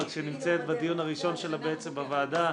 בבקשה.